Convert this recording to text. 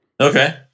Okay